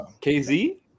KZ